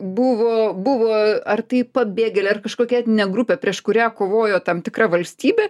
buvo buvo ar tai pabėgėliai ar kažkokia etninė grupė prieš kurią kovojo tam tikra valstybė